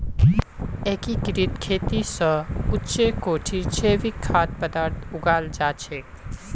एकीकृत खेती स उच्च कोटिर जैविक खाद्य पद्दार्थ उगाल जा छेक